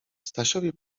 stasiowi